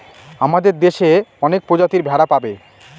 আমাদের দেশে অনেক প্রজাতির ভেড়া পাবে